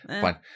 Fine